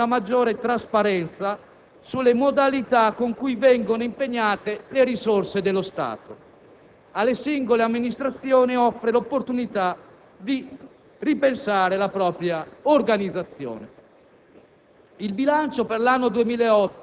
al Parlamento offre una maggiore trasparenza sulle modalità con cui vengono impegnate le risorse dello Stato; alle singole Amministrazioni offre l'opportunità di ripensare la propria organizzazione.